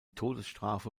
todesstrafe